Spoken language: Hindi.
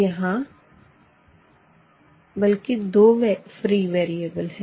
यहाँ बल्कि दो फ्री वेरिएबल है